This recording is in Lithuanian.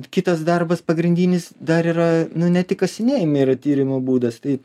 kitas darbas pagrindinis dar yra nu ne tik kasinėjimai yra tyrimo būdas tai